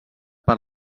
per